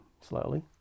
slowly